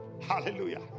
Hallelujah